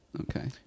Okay